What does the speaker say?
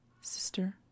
sister